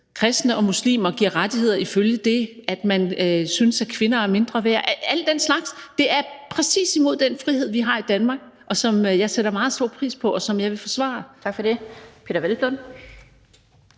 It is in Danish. kristne og muslimer og giver rettigheder, i forhold til at man synes, at kvinder er mindre værd. Al den slags går præcis imod den frihed, vi har i Danmark, og som jeg sætter meget stor pris på, og som jeg vil forsvare. Kl. 20:46 Den